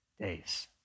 days